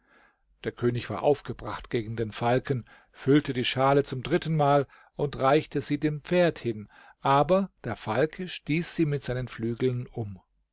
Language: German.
der könig war aufgebracht gegen den falken füllte die schale zum drittenmal und reichte sie dem pferd hin aber der falke stieß sie mit seinen flügeln um